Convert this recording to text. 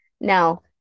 Now